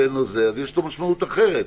יש לו משמעות אחרת.